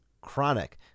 chronic